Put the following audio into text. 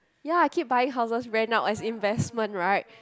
ya keep buying houses rent out as investment right